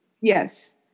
Yes